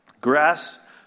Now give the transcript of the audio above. Grass